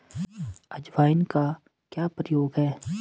अजवाइन का क्या प्रयोग है?